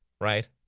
right